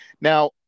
Now